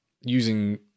using